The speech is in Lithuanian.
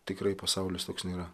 tikrai pasaulis toks nėra